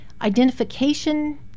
identification